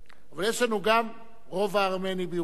יש לנו גם רובע ארמני בירושלים,